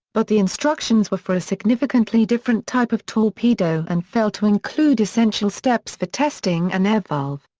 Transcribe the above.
but the instructions were for a significantly different type of torpedo and failed to include essential steps for testing an air valve.